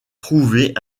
trouver